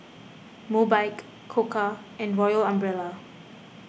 Mobike Koka and Royal Umbrella